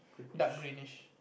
dark greenish